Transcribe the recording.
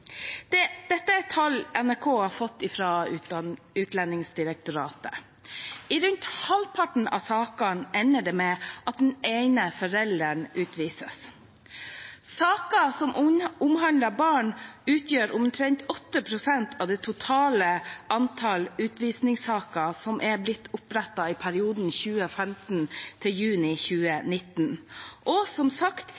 foreldre. Dette er tall NRK har fått fra Utlendingsdirektoratet. I rundt halvparten av sakene ender det med at den ene forelderen utvises. Saker som omhandler barn, utgjør omtrent 8 pst. av det totale antall utvisningssaker som er blitt opprettet i perioden 2015 til og med juni